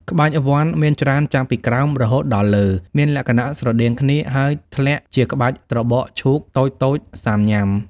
ក្បាច់វណ្ឌមានច្រើនចាប់ពីក្រោមរហូតដល់លើ មានលក្ខណៈ ស្រដៀងគ្នា ហើយធ្លាក់ជាក្បាច់ត្របកឈូកតូចៗសាំញ៉ាំ។